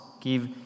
give